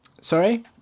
sorry